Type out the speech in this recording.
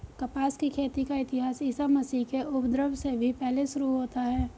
कपास की खेती का इतिहास ईसा मसीह के उद्भव से भी पहले शुरू होता है